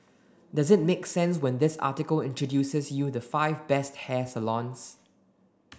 does it make sense when this article introduces you the five best hair salons